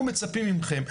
אנחנו מצפים מכם,